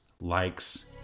Likes